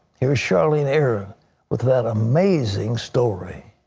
here is charlene aaron with that amazing story.